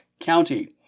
County